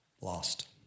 lost